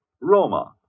Roma